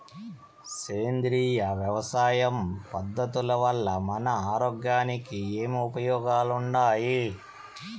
సేంద్రియ వ్యవసాయం పద్ధతుల వల్ల మన ఆరోగ్యానికి ఏమి ఉపయోగాలు వుండాయి?